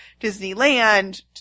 Disneyland